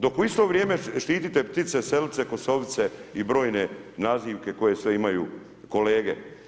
Dok u isto vrijeme štitite ptice selice kosovice i brojne nazivke koje sve imaju kolege.